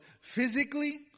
physically